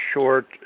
short